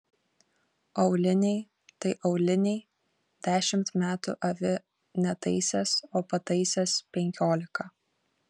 auliniai tai auliniai dešimt metų avi netaisęs o pataisęs penkiolika